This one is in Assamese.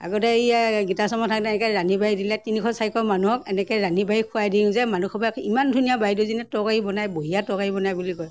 আগতে এইয়া গীটাৰচামত থাকোঁতেনে এনেকৈ ৰান্ধি বাঢ়ি দিলে তিনিশ চাৰিশ মানুহক এনেকৈ ৰান্ধি বাঢ়ি খুৱাই দিওঁ যে মানুহসবাই কয় ইমান ধুনীয়া বাইদেউজনীয়ে তৰকাৰী বনায় বঢ়িয়া তৰকাৰী বনায় বুলি কয়